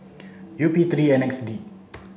U P three N X D